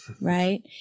Right